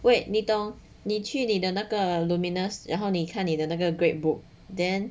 wait 你懂你去你的那个 luminous 然后你看你的那个 grade book then